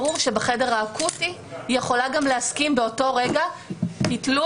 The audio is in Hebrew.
שבחדר האקוטי היא יכולה גם להסכים באותו רגע שייטלו